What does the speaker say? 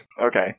Okay